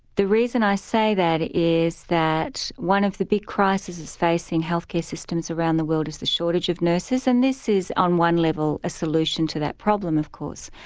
the reason i say that is that one of the big crises facing health care systems around the world is the shortage of nurses and this is on one level, a solution to that problem of course.